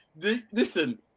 Listen